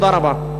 תודה רבה.